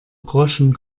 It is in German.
groschen